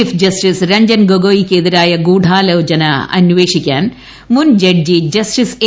chief justice Ranjan ഗൊഗോയ്ക്കെതിരായ ഗൂഢാലോചന അന്വേഷിക്കാൻ മുൻജഡ്ജി ജസ്റ്റിസ് എ